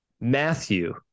Matthew